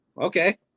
Okay